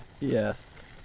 yes